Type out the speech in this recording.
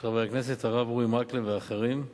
של חבר הכנסת הרב אורי מקלב ואחרים,